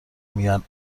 میگن